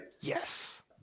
Yes